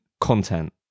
content